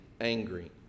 angry